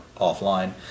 offline